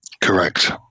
Correct